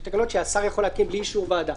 יש תקנות שהשר יכול להתקין בלי אישור ועדה,